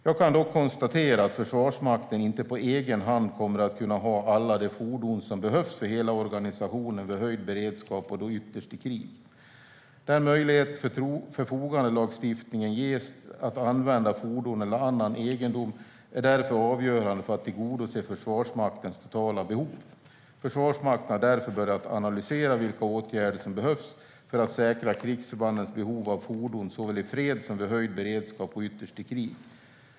Jag kan dock konstatera att Försvarsmakten inte på egen hand kommer att kunna ha alla de fordon som behövs för hela organisationen vid höjd beredskap och då ytterst i krig. Den möjlighet förfogandelagstiftningen ger att använda fordon eller annan egendom är därför avgörande för att man ska kunna tillgodose Försvarsmaktens totala behov. Försvarsmakten har därför börjat analysera vilka åtgärder som behövs för att säkra krigsförbandens behov av fordon såväl i fred som vid höjd beredskap och ytterst i krig.